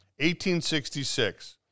1866